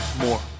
more